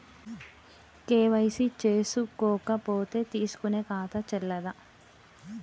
KYC చేసుకోకపోతే తీసుకునే ఖాతా చెల్లదా?